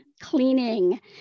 cleaning